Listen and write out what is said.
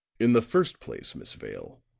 in the first place, miss vale,